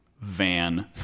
van